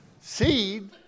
seed